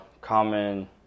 common